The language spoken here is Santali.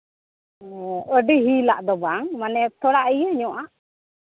ᱚᱻ ᱟᱹᱰᱤ ᱦᱤᱞᱟᱜ ᱫᱚ ᱵᱟᱝ ᱢᱟᱱᱮ ᱛᱷᱚᱲᱟ ᱤᱭᱟᱹ ᱧᱚᱜ ᱟᱸᱜ